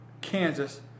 Kansas